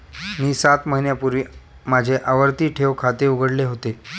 मी सात महिन्यांपूर्वी माझे आवर्ती ठेव खाते उघडले होते